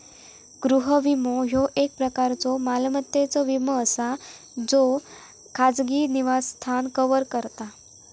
गृह विमो, ह्यो एक प्रकारचो मालमत्तेचो विमो असा ज्यो खाजगी निवासस्थान कव्हर करता